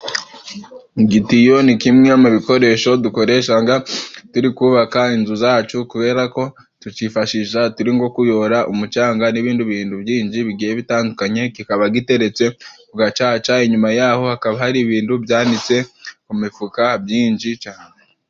Igitiyo ni kimwe mu bikoresho dukoreshaga turi kubaka inzu zacu, kubera ko tukifashisha turi nko kuyora umucanga n'ibindi bintu byinshi bigiye bitandukanye, kikaba giteretse ku gacaca, inyuma yaho hakaba hari ibintu byanitse ku mifuka byinshi cane.